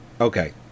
okay